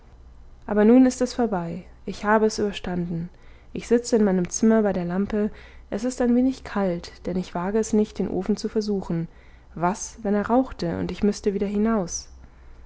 aber nun ist es vorbei ich habe es überstanden ich sitze in meinem zimmer bei der lampe es ist ein wenig kalt denn ich wage es nicht den ofen zu versuchen was wenn er rauchte und ich müßte wieder hinaus